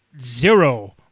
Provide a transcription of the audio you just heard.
zero